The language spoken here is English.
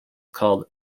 called